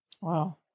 Wow